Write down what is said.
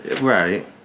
right